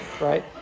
right